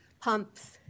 pumps